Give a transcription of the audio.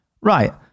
right